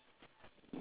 oh my goodness